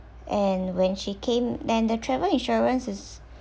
and when she came than the travel insurance is